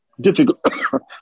difficult